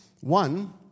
One